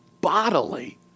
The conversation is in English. bodily